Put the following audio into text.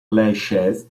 lachaise